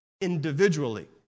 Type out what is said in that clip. individually